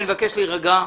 אני מבקש להירגע.